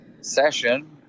session